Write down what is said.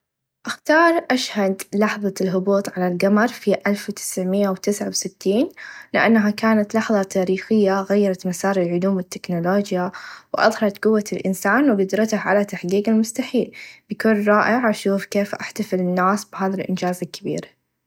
أختار أشهد لحظه الهبوط على القمر في ألف تسعمائه و تسعه و ستين لأنها كانت لحظه تاريخيه غيرت مسار العلوم و التكنولوچيا و أظهرت قوه الإنسان و قدرته على تحقيق المستحيل بيكون رائع بشوف الناس تحتفل بهذا الإنچاز الكبير.